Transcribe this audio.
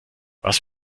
was